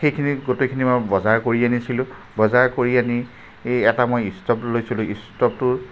সেইখিনি গোটেইখিনি মই বজাৰ কৰি আনিছিলোঁ বজাৰ কৰি আনি এই এটা মই ষ্টভ লৈছিলোঁ ইষ্টভটোৰ